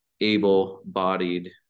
able-bodied